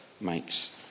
makes